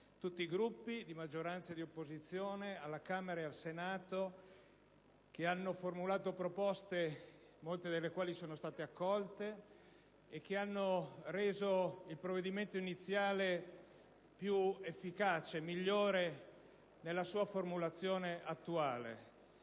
tutti i Gruppi, di maggioranza ed opposizione, alla Camera e al Senato, che hanno formulato proposte, molte delle quali sono state accolte, che hanno reso il provvedimento iniziale più efficace, migliore nella sua formulazione attuale.